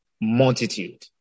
multitude